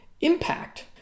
impact